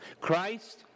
Christ